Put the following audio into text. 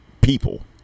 people